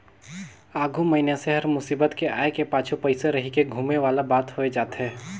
आघु मइनसे हर मुसीबत के आय के पाछू पइसा रहिके धुमे वाला बात होए जाथे